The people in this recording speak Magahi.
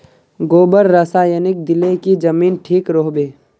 गोबर रासायनिक दिले की जमीन ठिक रोहबे?